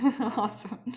Awesome